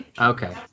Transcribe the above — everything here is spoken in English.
Okay